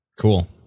Cool